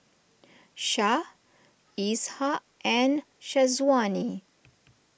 Syah Ishak and Syazwani